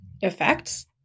effects